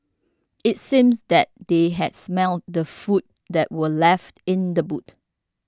it seemed that they had smelt the food that were left in the boot